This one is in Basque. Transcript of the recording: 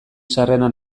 sarrera